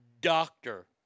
doctor